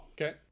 Okay